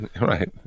Right